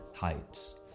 heights